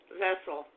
vessel